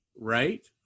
Right